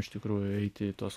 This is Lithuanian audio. iš tikrųjų eiti į tuos